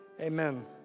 Amen